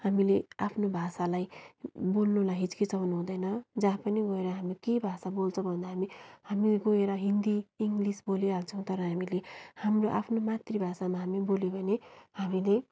हामीले आफ्नो भाषालाई बोल्नुलाई हिच्किचाउनु हुँदैन जहाँ पनि गोएर हामी के भाषा बोल्छ भन्दा हामी हामी गोएर हिन्दी इङ्ग्लिस बोलिहाल्छौँ तर हामीले हाम्रो आफ्नो मातृभाषामा हामी बोल्यौँ भने हामीले